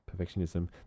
perfectionism